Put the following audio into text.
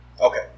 Okay